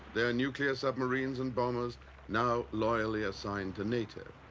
their nuclear submarines and bombers now loyally assigned to nato.